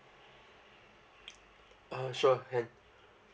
uh sure can